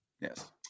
yes